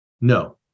no